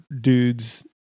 dudes